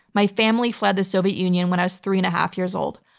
my family fled the soviet union when i was three-and-a-half years old.